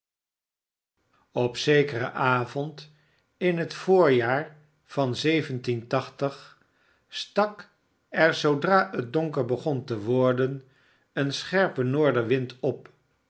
op zekeren avond in het voorjaar van stak er zoodra het donker begon te worden een scherpe noordenwind op